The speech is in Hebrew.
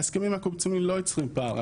ההסכמים הקיבוציים לא יוצרים פער.